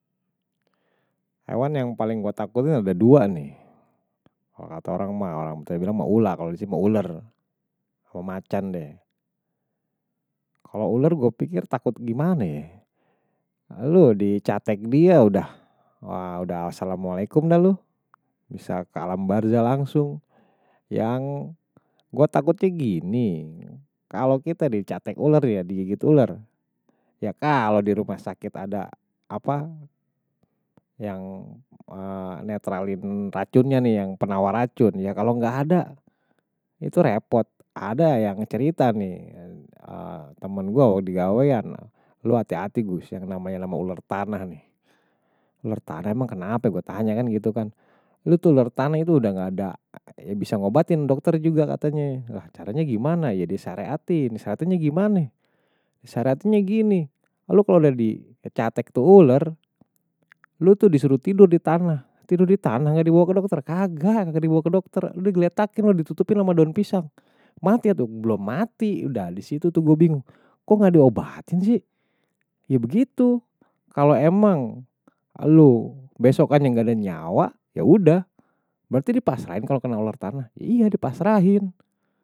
Hewan yang paling gue takut ini ada dua nih, kalau kata orang, orang tua bilang mau ula, kalau disini mau ular, sama macan deh. Kalau ular gue pikir takut gimana ya loh, dicatek dia udah, wah udah assalamualaikum dah lu, bisa ke alam barjah langsung. Yang gue takutnya gini, kalau kita dicatek ular ya, digigit ular. Ya kalau di rumah sakit ada apa. yang netralin racunnya nih, yang penawar racun. Ya kalau gak ada, itu repot. Ada yang cerita nih, temen gue waktu digawain, lu hati-hati gus, yang namanya ular tanah nih. Ular tanah emang kenapa, gue tanya kan gitu kan. Lu tuh ular tanah itu udah gak ada, bisa ngobatin dokter juga katanya. Nah caranya gimana, ya disareatin, disareatinya gimana? Disareatinya gini, lu kalau udah dicatek tuh ular, lu tuh disuruh tidur di tanah. Tidur di tanah gak dibawa ke dokter kaga, gak dibawa ke dokter. Lu udah gletakin, lu ditutupin sama daun pisang. Mati atau belum mati udah, di situ tuh gue bingung. Kok gak diobatin sih ya begitu, kalau emang lu besokan yang gak ada nyawa, ya udah. Berarti dipasrahin kalau kena ular tanah iya dipasrain.